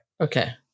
Okay